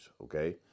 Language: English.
okay